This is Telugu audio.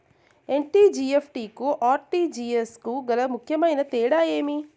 ఎన్.ఇ.ఎఫ్.టి కు ఆర్.టి.జి.ఎస్ కు గల ముఖ్యమైన తేడా ఏమి?